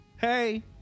Hey